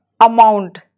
amount